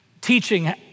teaching